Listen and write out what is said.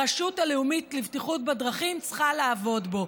הרשות הלאומית לבטיחות בדרכים צריכה לעבוד בו.